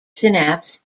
synapse